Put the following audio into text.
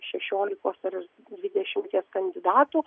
šešiolikos ar dvidešimties kandidatų